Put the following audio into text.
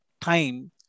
time